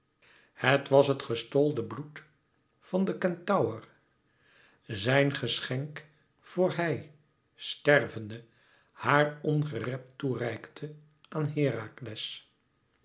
het was het gestolde bloed van den kentaur zijn geschenk voor hij stervende haar ongerept toe reikte aan herakles